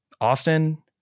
Austin